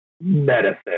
medicine